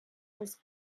els